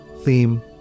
theme